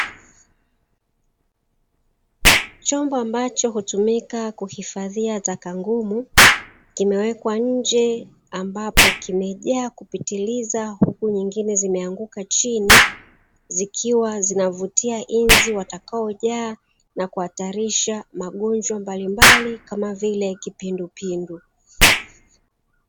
Chombo ambacho hutumika kuhifadhia taka ngumu, kimewekwa nje ambapo kimejaa kupitiliza, huku nyingine zimeanguka chini zikiwa zinavutia nzi watakaojaa na kuhatarisha magonjwa mbalimbali kama vile kipindupindu.